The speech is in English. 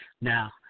Now